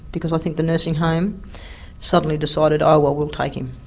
because i think the nursing home suddenly decided, oh well, we'll take him.